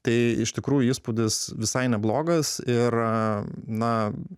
tai iš tikrųjų įspūdis visai neblogas ir na